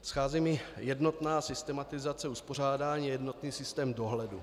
Schází mi jednotná systematizace uspořádání a jednotný systém dohledu.